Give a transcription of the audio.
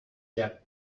yet